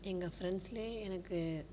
எங்கள் ஃப்ரெண்ட்ஸிலே எனக்கு